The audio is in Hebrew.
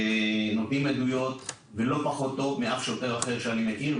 נותנים עדויות לא פחות טוב משוטר אחר שאני מכיר,